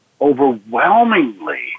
overwhelmingly